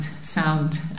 sound